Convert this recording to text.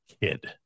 kid